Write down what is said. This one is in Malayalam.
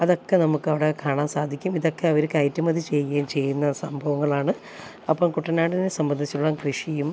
അതൊക്കെ നമുക്കവിടെ കാണാൻ സാധിക്കും ഇതൊക്കെ അവർ കയറ്റുമതി ചെയ്യുകയും ചെയ്യുന്ന സംഭവങ്ങളാണ് അപ്പം കുട്ടനാടിനെ സംബന്ധിച്ചുള്ള കൃഷിയും